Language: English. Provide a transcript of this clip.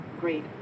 great